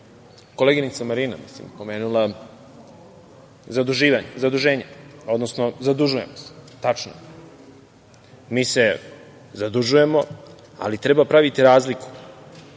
koleginica Marina pomenula zaduženje. Zadužujemo se. Tačno. Mi se zadužujemo, ali treba praviti razliku